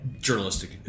journalistic